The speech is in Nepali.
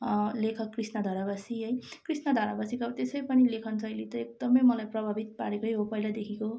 लेखक कृष्ण धारावासी है कृष्ण धारावासीको अब त्यसै पनि लेखनशैली त एकदमै मलाई प्रभावित पारेकै हो पहिलादेखिको